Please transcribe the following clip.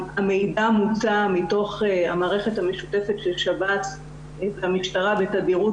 המידע מוצא מתוך המערכת המשותפת של שב"ס והמשטרה בתדירות